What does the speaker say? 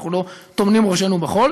אנחנו לא טומנים ראשינו בחול,